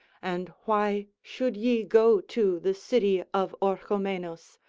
and why should ye go to the city of orchomenus,